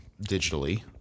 digitally